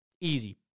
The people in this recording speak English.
Easy